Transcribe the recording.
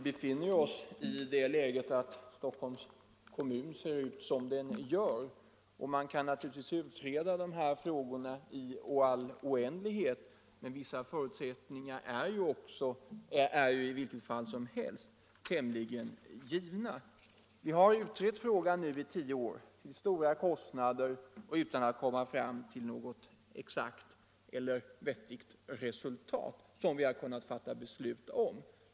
Herr talman! Stockholms kommun ser ut som den gör. Man kan naturligtvis utreda dessa frågor i all oändlighet, men vissa förutsättningar är i vilket fall som helst tämligen givna. Vi har utrett frågan i tio år till stora kostnader och utan något definitivt resultat som vi har kunnat fatta beslut om.